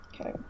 Okay